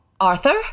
Arthur